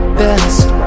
best